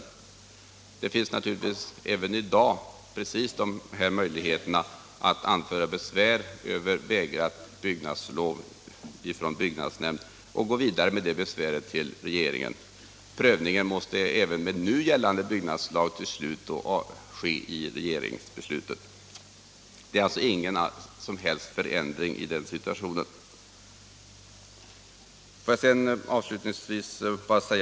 Även i dag finns naturligtvis precis dessa möjligheter att anföra besvär över vägrat byggnadslov från byggnadsnämnd och att gå vidare med besväret till regeringen. Prövningen måste även med nu gällande byggnadslag till slut göras av regeringen. Det är alltså inte fråga om någon som helst ändring i den situationen.